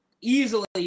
easily